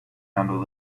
handle